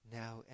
now